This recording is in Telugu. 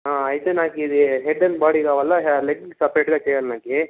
అయితే నాకు ఇది హెడ్ అండ్ బాడీ కావల లెగ్ సపరేట్గా చేయాల నాకు